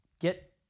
get